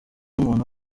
umuntu